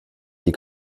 die